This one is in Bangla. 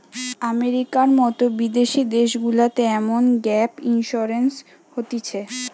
আমেরিকার মতো বিদেশি দেশগুলাতে এমন গ্যাপ ইন্সুরেন্স হতিছে